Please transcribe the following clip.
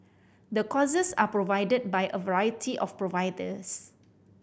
the courses are provided by a variety of providers